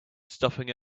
stopping